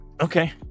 okay